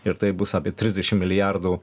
ir tai bus apie trisdešim milijardų